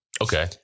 Okay